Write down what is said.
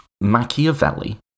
Machiavelli